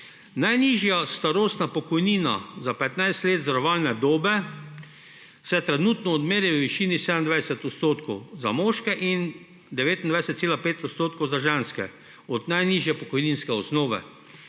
Najnižja starostna pokojnina za 15 let zavarovalne dobe se trenutno odmeri v višini 27 % za moške in 29,5 % za ženske od najnižje pokojninske osnove.